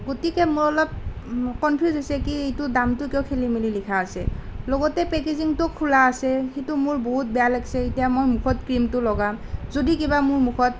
গতিকে মোৰ অলপ কনফিউজ হৈছোঁ কি এইটো দামটো কিয় খেলিমেলি লিখা আছে লগতে পেকেজিংটো খোলা আছে সেইটো মোৰ বহুত বেয়া লাগিছে এতিয়া মই মুখত ক্ৰীমটো লগাম যদি কিবা মোৰ মুখত